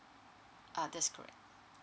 uh that's correct